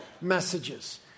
messages